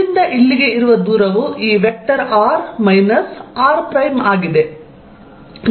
ಇಲ್ಲಿಂದ ಇಲ್ಲಿಗೆ ಇರುವ ದೂರವು ಈ vector r minus r prime ಆಗಿದೆ